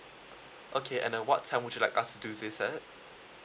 okay and uh what time would you like us do this at